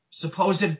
supposed